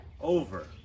over